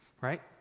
right